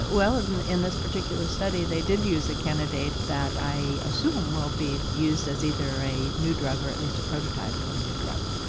well and in this particular study they did use a candidate that i assume will be used as either a new drug or at least a prototype for a new drug.